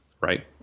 right